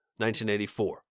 1984